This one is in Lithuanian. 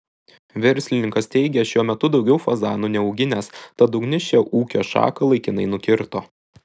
verslininkas teigė šiuo metu daugiau fazanų neauginęs tad ugnis šią ūkio šaką laikinai nukirto